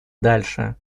дальше